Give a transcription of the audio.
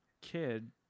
kid